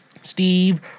Steve